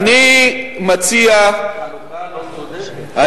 חלוקה לא צודקת.